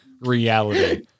reality